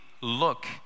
look